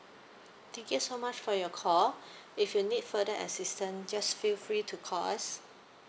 thank you so much for your call if you need further assistant just feel free to call us